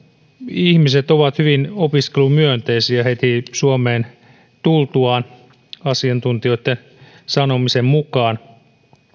ihmiset ovat hyvin opiskelumyönteisiä heti suomeen tultuaan asiantuntijoitten sanomisten mukaan